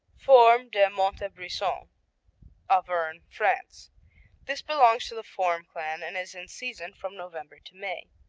fourme de montebrison auvergne, france this belongs to the fourme clan and is in season from november to may.